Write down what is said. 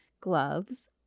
gloves